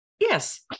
Yes